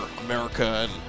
America